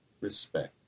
respect